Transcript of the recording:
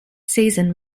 season